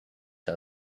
how